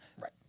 Right